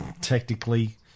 technically